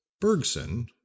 Bergson